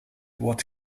what